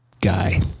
guy